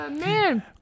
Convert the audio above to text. Man